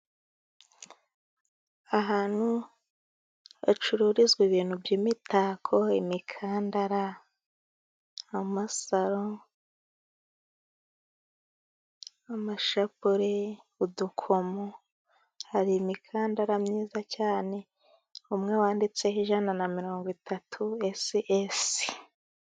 Ahantu hacururizwa ibintu by'imitako, imikandara, amasaro, amashapule, udukomo. Hari imikandara myiza cyane, umwe wanditseho ijana na mirongo itatu esi esi.